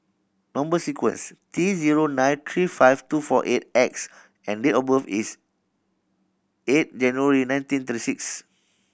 number sequence T zero nine three five two four eight X and date of birth is eight January nineteen thirty six